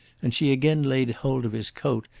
and she again laid hold of his coat,